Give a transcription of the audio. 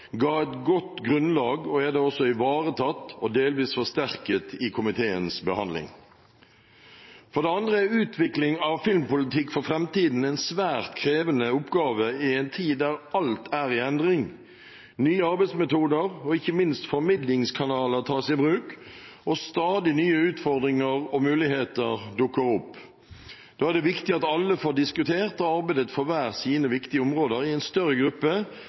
ga et godt grunnlag og er da også ivaretatt og delvis forsterket i komiteens behandling. For det andre er utvikling av filmpolitikk for framtiden en svært krevende oppgave i en tid der alt er i endring, der nye arbeidsmetoder og ikke minst formidlingskanaler tas i bruk, og der stadig nye utfordringer og muligheter dukker opp. Da er det viktig at alle får diskutert og arbeidet for hver sine viktige områder i en større gruppe,